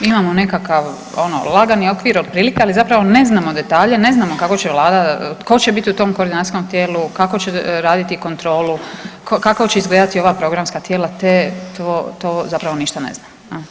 Imamo nekakav ono lagani okvir otprilike, ali zapravo ne znamo detalja, ne znamo kako će Vlada, ko će biti u tom koordinacijskom tijelu, kako će raditi kontrolu, kako će izgledati ova programska tijela te to zapravo ništa ne znamo.